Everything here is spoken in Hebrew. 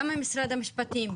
גם ממשרד המשפטים,